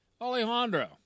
alejandro